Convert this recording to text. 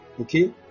okay